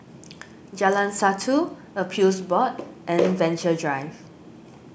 Jalan Satu Appeals Board and Venture Drive